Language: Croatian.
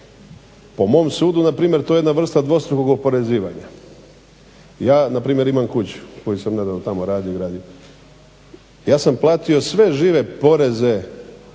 Po mom sudu na primjer to je jedna vrsta dvostrukog oporezivanja. Ja na primjer imam kuću koju sam nedavno tamo radio i gradio. Ja sam platio sve žive poreze